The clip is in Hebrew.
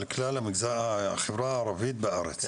על כלל החברה הערבית בארץ,